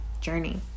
journey